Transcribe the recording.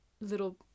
little